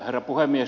herra puhemies